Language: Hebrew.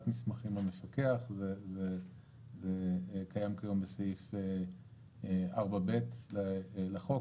מסמכים למפקח זה קיים בסעיף 4(ב) לחוק,